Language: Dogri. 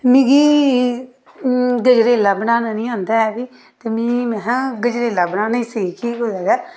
मिगी गजरेला बनाना निं औंदा ऐ बी ते मी महा गजरेला बनाने गी सिखगी कुदै ते